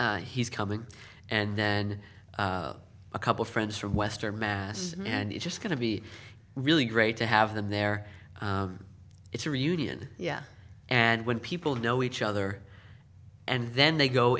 he's coming and then a couple friends from western mass and it's just going to be really great to have them there it's a reunion yeah and when people know each other and then they go